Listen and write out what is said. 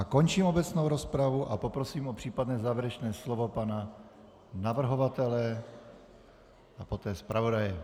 Končím o obecnou rozpravu a poprosím o závěrečné slovo pana navrhovatele a poté zpravodaje.